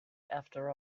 after